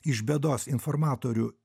iš bėdos informatorių